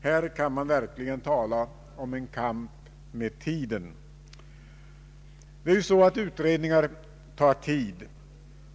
Här kan man verkligen tala om en kamp med tiden. Utredningar tar tid.